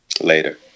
Later